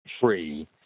free